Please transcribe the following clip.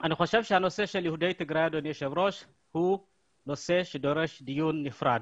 אני חושב שהנושא של יהודי טיגרי הוא נושא שדורש דיון נפרד.